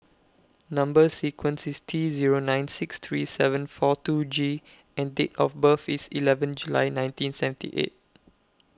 Number sequence IS T Zero nine six three seven four two G and Date of birth IS eleven July nineteen seventy eight